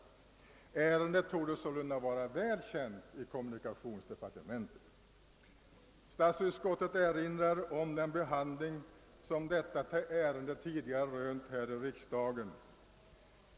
Ärendet torde sålunda vara väl känt i kommunikationsdepartementet. Statsutskottet erinrar om den behandling som detta ärende tidigare rönt i riksdagen.